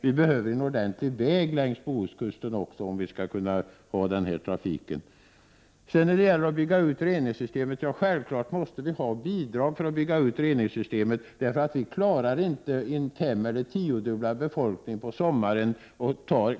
Vi behöver en ordentlig väg längs Bohuskusten om vi skall kunna ha den här trafiken. När det gäller att bygga ut reningssystemet måste vi självfallet ha bidrag — vi klarar inte kostnaderna för en femeller tiodubblad befolkning på sommaren.